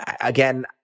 Again